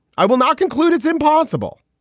i will not conclude it's impossible.